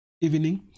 evening